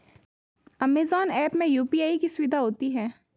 Amazon app में UPI की सुविधा होती है